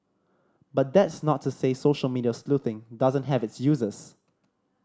but that's not to say social media sleuthing doesn't have its uses